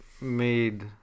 made